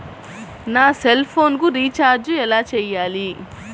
నా సెల్ఫోన్కు రీచార్జ్ ఎలా చేయాలి?